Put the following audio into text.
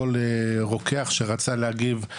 כל רוקח שרצה להגיב,